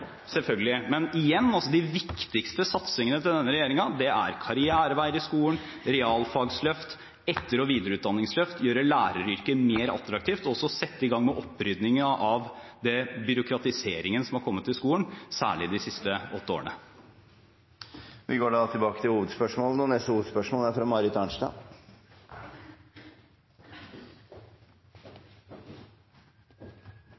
selvfølgelig. Men igjen: De viktigste satsingene til denne regjeringen er karriereveier i skolen, realfagsløft, etter- og videreutdanningsløft, å gjøre læreryrket mer attraktivt og også å sette i gang med opprydning av den byråkratiseringen som har kommet i skolen, særlig de siste åtte årene. Da går vi til neste hovedspørsmål. Mitt spørsmål er til kommunal- og